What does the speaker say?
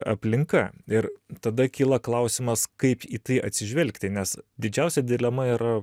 aplinka ir tada kyla klausimas kaip į tai atsižvelgti nes didžiausia dilema yra